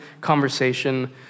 conversation